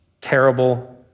Terrible